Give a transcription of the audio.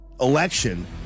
election